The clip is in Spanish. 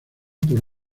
por